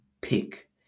pick